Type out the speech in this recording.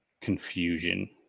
confusion